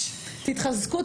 תתחזקו,